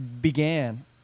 began